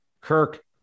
Kirk